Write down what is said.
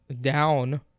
down